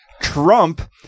Trump